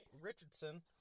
Richardson